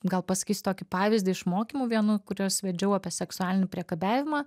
gal pasakysiu tokį pavyzdį iš mokymų vienų kuriuos vedžiau apie seksualinį priekabiavimą